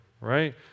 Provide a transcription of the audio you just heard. right